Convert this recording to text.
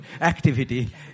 Activity